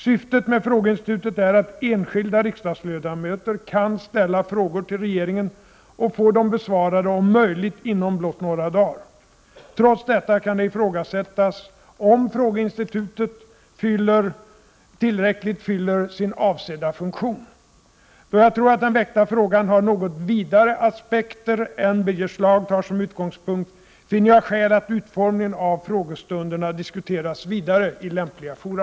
Syftet med frågeinstitutet är att enskilda riksdagsledamöter kan ställa frågor till regeringen och få dem besvarade om möjligt inom blott några dagar. Trots detta kan det ifrågasättas om frågeinstitutet tillräckligt fyller sin avsedda funktion. Då jag tror att den väckta frågan har något vidare aspekter än Birger Schlaug tar som utgångspunkt, finner jag skäl att utformningen av frågestunderna diskuteras vidare i lämpliga fora.